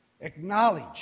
acknowledge